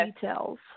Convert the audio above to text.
details